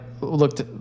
looked